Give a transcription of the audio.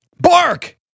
bark